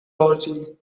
orgy